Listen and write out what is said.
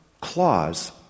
clause